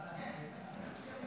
אני רק אומרת.